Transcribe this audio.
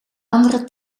andere